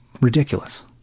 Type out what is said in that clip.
ridiculous